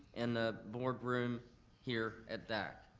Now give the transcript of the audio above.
in the board room here at that.